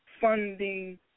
funding